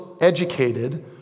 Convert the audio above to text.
educated